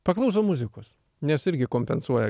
paklausau muzikos nes irgi kompensuoja